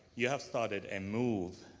you have started a move